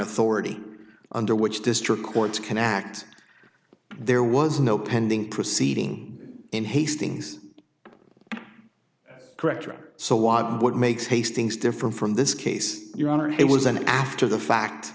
authority under which district courts can act there was no pending proceeding in hastings correct or so why what makes hastings different from this case your honor it was an after the fact